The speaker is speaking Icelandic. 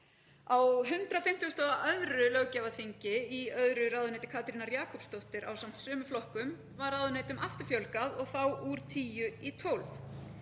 Á 152. löggjafarþingi í öðru ráðuneyti Katrínar Jakobsdóttur ásamt sömu flokkum var ráðuneytum aftur fjölgað og þá úr tíu